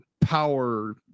power